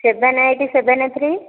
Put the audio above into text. seven eight seven three